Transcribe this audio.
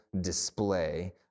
display